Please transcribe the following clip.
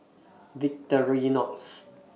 Victorinox